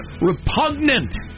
repugnant